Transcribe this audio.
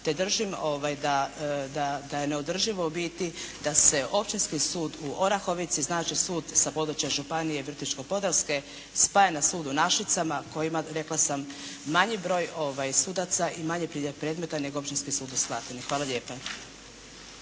Te držim da je neodrživo biti da se općinski sud u Orahovici, znači sud sa područja županije Virovitičko-podravske spaja na sud u Našicama koji ima, rekla sam, manji broj sudaca i manji priljev predmeta nego općinski sud u Slatini. Hvala lijepa.